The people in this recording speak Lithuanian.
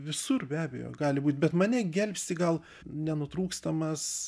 visur be abejo gali būt bet mane gelbsti gal nenutrūkstamas